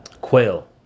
Quail